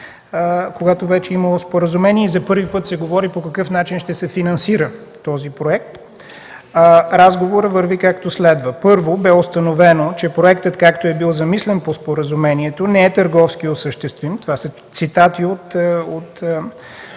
когато вече е имало споразумение за първи път се говори по какъв начин ще се финансира този проект, разговорът върви както следва: „Първо, бе установено, че проектът, както е бил замислен по споразумението, не е търговски осъществим” – това са цитати от